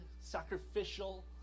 sacrificial